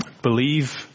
Believe